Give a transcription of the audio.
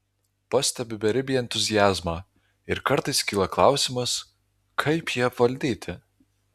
pastebiu beribį entuziazmą ir kartais kyla klausimas kaip jį apvaldyti